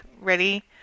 Ready